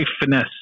Finesse